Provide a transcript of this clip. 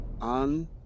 on